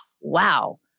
wow